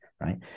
right